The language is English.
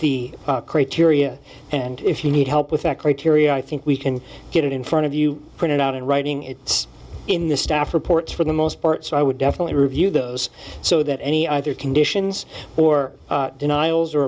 the criteria and if you need help with that criteria i think we can get it in front of you printed out in writing it in the staff reports for the most part so i would definitely review those so that any other conditions or denials or